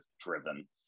driven